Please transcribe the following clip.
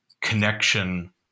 connection